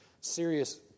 serious